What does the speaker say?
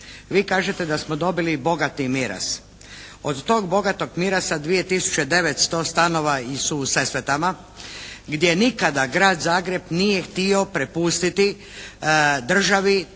Vi kažete da smo dobili bogati miraz. Od tog bogatog miraza 2 tisuće 900 stanova su u Sesvetama gdje nikada Grad Zagreb nije htio prepustiti državi